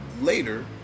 later